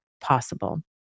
possible